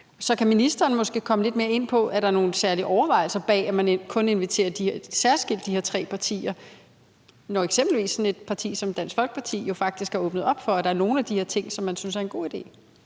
Så kan ministeren måske komme lidt mere ind på, om der er nogle særlige overvejelser bag, at man kun inviterer de tre partier særskilt, når et parti som eksempelvis Dansk Folkeparti jo faktisk har åbnet op for, at der er nogle de her ting, som vi synes er en god idé?